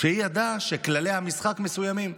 כשהיא ידעה שכללי המשחק מסוימים.